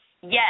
yes